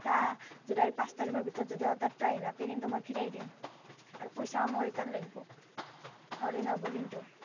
এতিয়া জুলাইৰ পাঁচ তাৰিখৰ ভিতৰত যদি অৰ্ডাৰটো আহি নাপায় কিন্তু মই ফিৰাই দিম আৰু পইচাও মোক ৰিটাৰ্ণ লাগিব নহ'লে নহ'ব কিন্তু